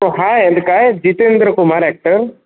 तो आहे काय जितेंद्र कुमार ॲक्टर